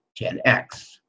10x